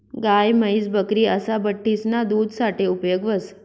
गाय, म्हैस, बकरी असा बठ्ठीसना दूध साठे उपेग व्हस